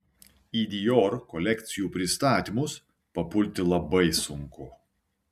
į dior kolekcijų pristatymus papulti labai sunku